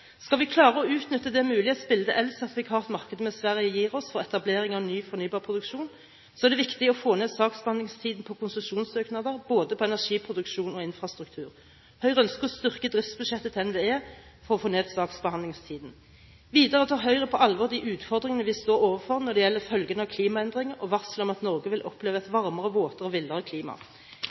Skal vi klare å utnytte det mulighetsbildet elsertifikatmarkedet med Sverige gir oss for etablering av ny fornybar produksjon, er det viktig å få ned saksbehandlingstiden for konsesjonssøknader når det gjelder både energiproduksjon og infrastruktur. Høyre ønsker å styrke driftsbudsjettet til NVE for å få ned saksbehandlingstiden. Videre tar Høyre på alvor de utfordringene vi står overfor når det gjelder følgene av klimaendringer og varsel om at Norge vil oppleve et varmere, våtere og villere klima.